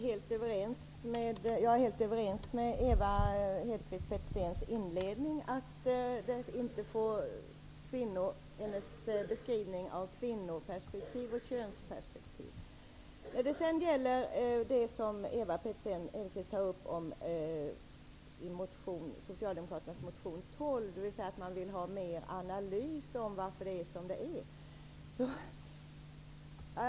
Herr talman! Jag är helt överens med Ewa Hedkvist Petersen när hon beskriver kvinnoperspektiv och könsperspektiv. Ewa Hedkvist Petersen tar upp socialdemokraternas reservation 12, dvs. att man vill ha mer analys av varför det är som det är.